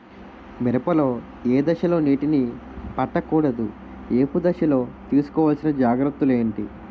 మిరప లో ఏ దశలో నీటినీ పట్టకూడదు? ఏపు దశలో తీసుకోవాల్సిన జాగ్రత్తలు ఏంటి?